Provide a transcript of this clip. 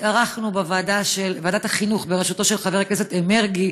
התארחנו בוועדת החינוך בראשותו של חבר הכנסת מרגי,